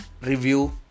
review